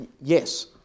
yes